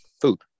food